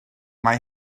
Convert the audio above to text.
mae